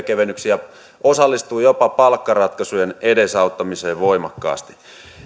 kevennyksiä ja osallistuu jopa palkkaratkaisujen edesauttamiseen voimakkaasti